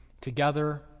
together